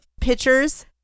pictures